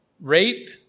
rape